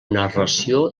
narració